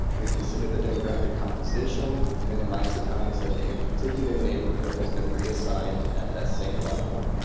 we consider the demographic composition. minimize the times that a particular neighborhood has been reassigned at that same level.